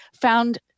found